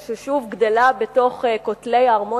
גדלה בין כותלי הארמון המצרי,